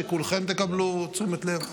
שכולכם תקבלו תשומת לב.